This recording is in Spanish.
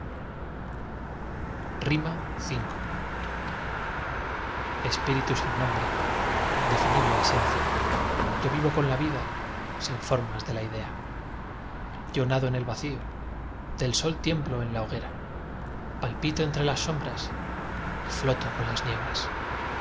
v espíritu sin nombre indefinible esencia yo vivo con la vida sin formas de la idea yo nado en el vacío del sol tiemblo en la hoguera palpito entre las sombras y floto con las nieblas